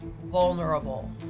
vulnerable